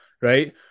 right